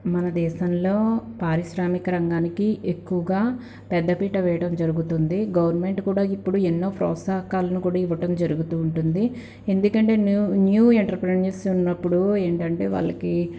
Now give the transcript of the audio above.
మన దేశంలో పారిశ్రామిక రంగానికి ఎక్కువగా పెద్దపీట వేయడం జరుగుతుంది గవర్నమెంట్ కూడా ఇప్పుడు ఎన్నో ప్రోత్సహకాలను కూడా ఇవ్వటం జరుగుతూ ఉంటుంది ఎందుకంటే న్యూ న్యూ ఎంటర్ప్రూనర్స్ ఉన్నప్పుడు ఏంటంటే వాళ్ళకి